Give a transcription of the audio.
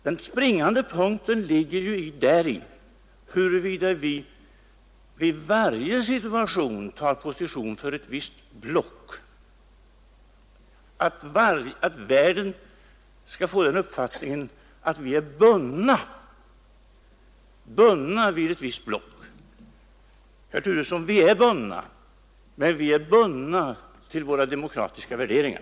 Den springande punkten är huruvida vi i varje situation tar position för ett visst block, så att världen får den uppfattningen att vi är bundna vid ett visst block. Herr Turesson, vi är bundna, men vi är bundna i våra demokratiska värderingar.